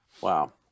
wow